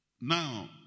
Now